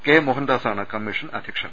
K മോഹൻദാസാണ് commission അധ്യ ക്ഷൻ